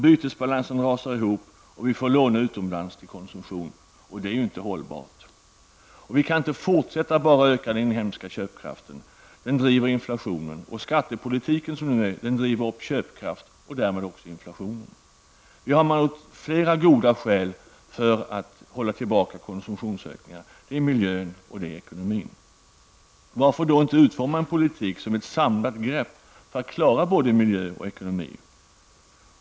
Bytesbalansen rasar ihop, och vi får låna utomlands för konsumtion. Detta är ju inte hållbart. Vi kan inte fortsätta att bara öka den inhemska köpkraften. Den driver på inflationen, och skattepolitiken, som den nu är, driver upp köpkraften och därmed också inflationen. Vi har flera goda skäl för att hålla tillbaka konsumtionsökningarna, det är miljön och ekonomin. Varför då inte utforma en politik som är ett samlat grepp för att klara både miljö och ekonomi?